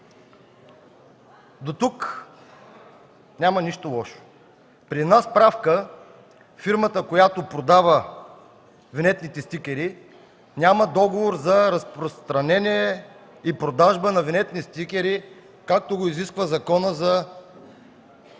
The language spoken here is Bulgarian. До тук няма нищо лошо. При една справка фирмата, която продава винетните стикери, няма договор за разпространение и продажба на винетни стикери, както го изисква Законът за